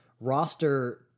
roster